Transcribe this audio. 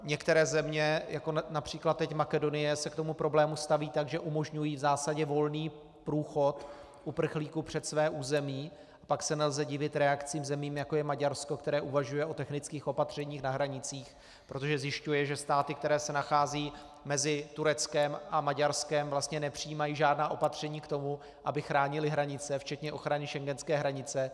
Některé země, jako například teď Makedonie, se k tomu problému staví tak, že umožňují v zásadě volný průchod uprchlíků přes své území, a pak se nelze divit reakci zemí, jako je Maďarsko, které uvažuje o technických opatřeních na hranicích, protože zjišťuje, že státy, které se nacházejí mezi Tureckem a Maďarskem, vlastně nepřijímají žádná opatření k tomu, aby chránily hranice, včetně ochrany schengenské hranice.